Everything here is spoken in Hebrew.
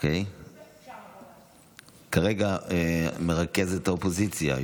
כרגע מרכזת האופוזיציה,